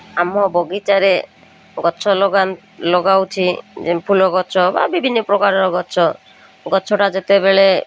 ଆମ ବଗିଚାରେ ଗଛ ଲଗା ଲଗାଉଛି ଯେମିତି ଫୁଲ ଗଛ ବା ବିଭିନ୍ନପ୍ରକାରର ଗଛ ଗଛଟା ଯେତେବେଳେ